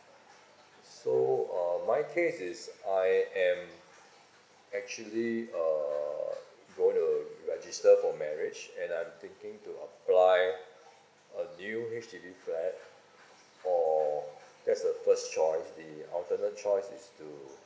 so uh my case is I am actually uh going to register for marriage and I'm thinking to apply a new H_D_B flat for that's the first choice the alternate choice is to